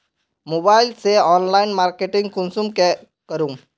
Mobile से online marketing कुंसम के करूम?